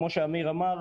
כמו שאמיר אמר,